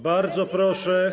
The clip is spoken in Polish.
Bardzo proszę.